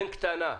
בין קטנה,